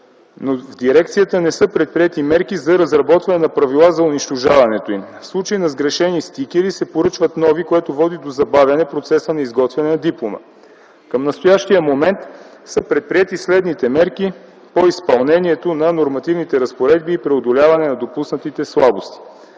но в дирекцията не са предприети мерки за разработване на правила за унищожаването им. В случай на сгрешени стикери се поръчват нови, което води до забавяне процеса на изготвяне на дипломата. Към настоящия момент са предприети следните мерки по изпълнението на нормативните разпоредби и преодоляване на допуснатите слабости: